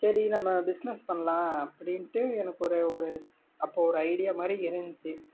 சரி நம்ம பிஸ்னஸ் பண்ணலாம் அப்படின்ட்டு எனக்கு ஒரு ஒரு அப்போது ஒரு ஐடியா மாதிரி இருந்துச்சு